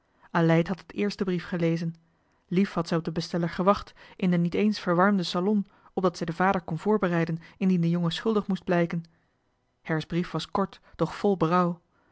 aleid had het eerst den brief gelezen lief had zij op den besteller gewacht in den niet eens verwarmden salon opdat zij den vader kon voorbereiden indien de jongen schuldig moest blijken her's brief was kort doch vol